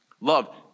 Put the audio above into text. love